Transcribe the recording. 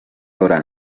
habrá